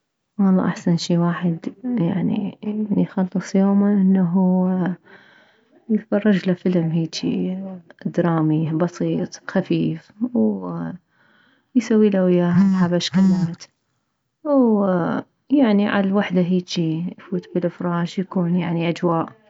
والله احسن شي واحد يعني يخلص يومه يتفرجله فلم هيجي درامي بسيط خفيف ويسويله وياها حبشكلات ويعني عالوحدة هيجي يفوت بالفراش يكون اجواء